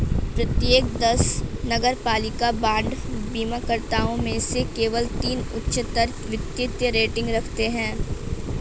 प्रत्येक दस नगरपालिका बांड बीमाकर्ताओं में से केवल तीन उच्चतर वित्तीय रेटिंग रखते हैं